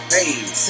Hey